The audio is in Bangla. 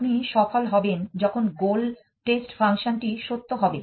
আপনি সফল হবেন যখন গোল টেস্ট ফাংশনটি সত্য হবে